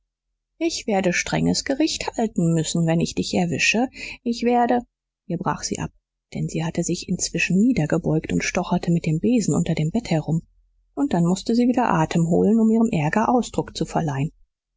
ich werde strenges gericht halten müssen wenn ich dich erwische ich werde hier brach sie ab denn sie hatte sich inzwischen niedergebeugt und stocherte mit dem besen unter dem bett herum und dann mußte sie wieder atem holen um ihrem ärger ausdruck zu verleihen